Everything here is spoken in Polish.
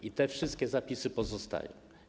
I te wszystkie zapisy pozostają.